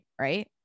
right